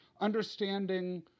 understanding